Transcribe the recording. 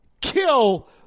kill